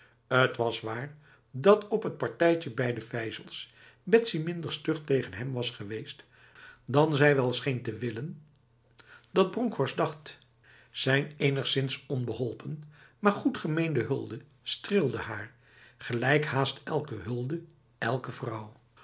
het was waar dat op t partijtje bij de vijzels betsy minder stug tegen hem was geweest dan zij wel scheen te willen dat bronkhorst dacht zijn enigszins onbeholpen maar goed gemeende hulde streelde haar gelijk haast elke hulde elke vrouw